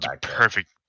perfect